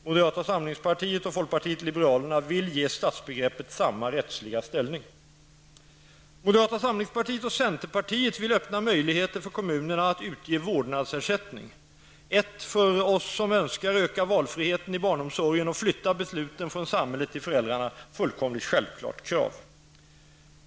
Moderaterna och folkpartiet liberalerna vill ge stadsbegreppet samma rättsliga ställning. Moderata samlingspartiet och centerpartiet vill öppna möjligheter för kommunerna att utge vårdnadsersättning, ett för oss som önskar öka valfriheten i barnomsorgen och flytta besluten från samhället till föräldrarna självklart krav.